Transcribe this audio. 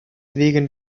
wegen